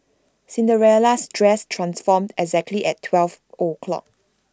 Cinderella's dress transformed exactly at twelve o'clock